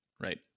right